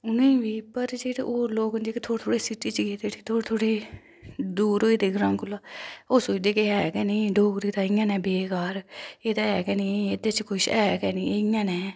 उनेंगी बी पर जेहड़े होर लोग जेह्के थोड़े थोड़े सिटी च गेदे उठी जेहके थोह्ड़े थोह्ड़े दूर होए दे ग्रां कोला ओह् सोचदे के ऐ के नेंईंं डोगरी ते इयां नै बेकार एह् ता ऐ के नी एह्दे च कुछ ऐ के नी